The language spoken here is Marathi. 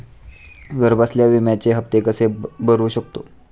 घरबसल्या विम्याचे हफ्ते कसे भरू शकतो?